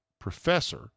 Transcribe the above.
professor